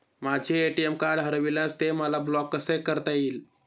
माझे ATM card हरविल्यास ते मला ब्लॉक कसे करता येईल?